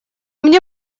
мне